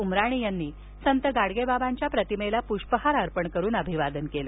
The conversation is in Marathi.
उमराणी यांनी संत गाडगे बाबांच्या प्रतिमेला प्ष्पहार अर्पण करून अभिवादन केलं